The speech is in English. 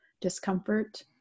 discomfort